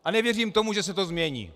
A nevěřím tomu, že se to změní!